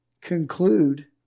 conclude